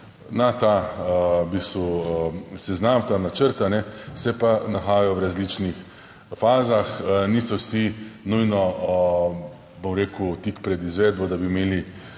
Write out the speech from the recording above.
bistvu seznam, ta načrt se pa nahajajo v različnih fazah. Niso vsi nujno, bom rekel, tik pred izvedbo, da bi imeli